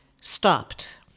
stopped